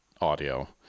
audio